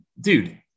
dude